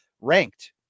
ranked